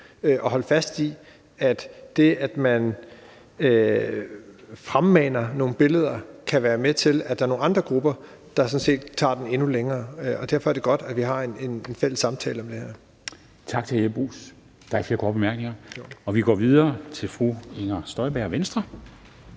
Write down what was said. og holde fast i, at det, at man fremmaner nogle billeder, kan være med til, at der er nogle andre grupper, der sådan set tager den endnu længere. Og derfor er det godt, at vi har en fælles samtale om det her. Kl. 13:50 Formanden (Henrik Dam Kristensen): Tak til hr. Jeppe Bruus. Der er ikke flere korte bemærkninger, og vi går videre til fru Inger Støjberg, Venstre.